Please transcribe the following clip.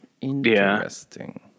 Interesting